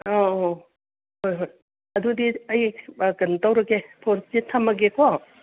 ꯑꯧ ꯑꯧ ꯍꯣꯏ ꯍꯣꯏ ꯑꯗꯨꯗꯤ ꯑꯩ ꯀꯩꯅꯣ ꯇꯧꯔꯒꯦ ꯐꯣꯟꯁꯤ ꯊꯝꯃꯒꯦꯀꯣ